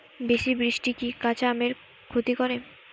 বেশি বৃষ্টি কি কাঁচা আমের ক্ষতি করে?